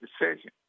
decision